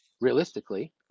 realistically